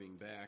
back